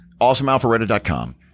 awesomealpharetta.com